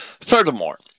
Furthermore